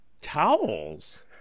Towels